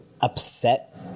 upset